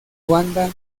ruanda